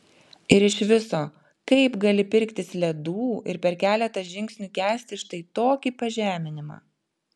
ir iš viso kaip gali pirktis ledų ir per keletą žingsnių kęsti štai tokį pažeminimą